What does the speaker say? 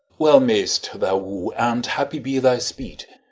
well mayst thou woo, and happy be thy speed!